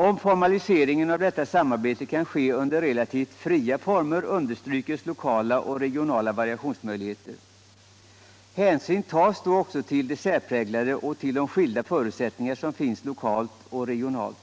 Om formaliseringen av detta samarbete kan ske under relativt fria former understryks lokala och regionala variationsmöjligheter. Hänsyn tas då också till det särpräglade och till de : skilda förutsättningar som finns lokalt och regionalt.